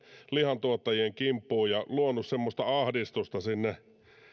lihantuottajien kimppuun ja luonut ahdistusta sinne